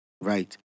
Right